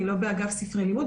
אני לא באגף ספרי לימוד,